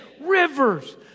rivers